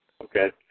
Okay